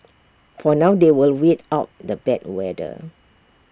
for now they will wait out the bad weather